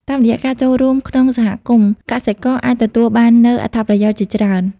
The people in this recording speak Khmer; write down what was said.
តាមរយៈការចូលរួមក្នុងសហគមន៍ កសិករអាចទទួលបាននូវអត្ថប្រយោជន៍ជាច្រើន។